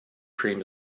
cream